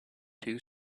two